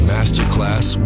Masterclass